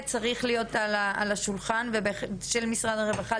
צריך להיות מונח על השולחן של משרד הרווחה,